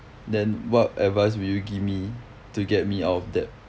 then what advice would you give me to get me out of debt